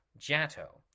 JATO